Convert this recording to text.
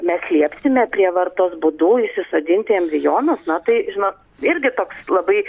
mes liepsime prievartos būdu įsisodinti embrionus na tai žino irgi toks labai